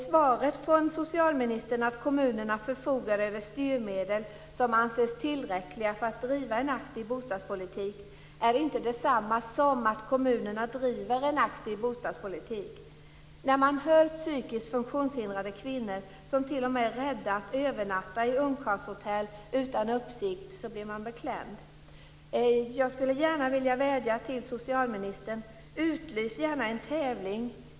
Svaret från socialministern är att kommunerna förfogar över styrmedel som anses tillräckliga för att driva en aktiv bostadspolitik. Det är inte detsamma som att kommunerna driver en aktiv bostadspolitik. När man hör att psykiskt funktionshindrade kvinnor t.o.m. är rädda att övernatta i ungkarlshotell utan uppsikt blir man beklämd. Jag skulle vilja vädja till socialministern: Utlys gärna en tävling.